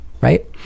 right